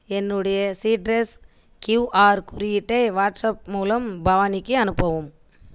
என்னுடைய Citrus QR குறியீட்டை WhatsApp மூலம் பவானிக்கு அனுப்பவும்